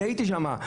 הייתי שם.